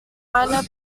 minor